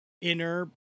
inner